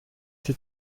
die